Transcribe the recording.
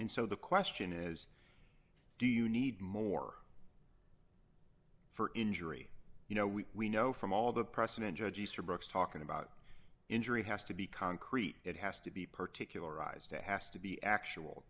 and so the question is do you need more for injury you know we we know from all the precedent judge easterbrook talking about injury has to be concrete it has to be particularized to has to be actual